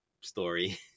story